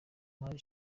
mari